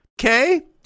okay